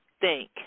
thank